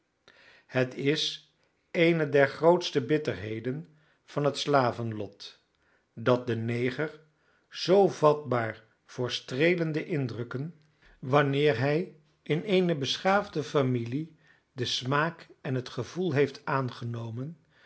het is eene der grootste bitterheden van het slavenlot dat de neger zoo vatbaar voor streelende indrukken wanneer hij in eene beschaafde familie den smaak en het gevoel heeft aangenomen